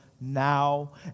now